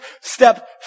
step